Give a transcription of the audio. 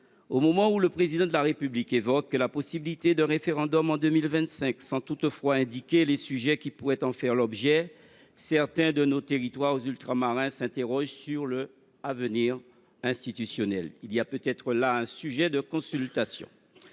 Au moment où le Président de la République évoque la possibilité d’un référendum en 2025 sans toutefois indiquer les thématiques qui pourraient en faire l’objet, certains de nos territoires ultramarins s’interrogent sur leur avenir institutionnel. Il y a peut être là un sujet de consultation.